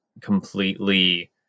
completely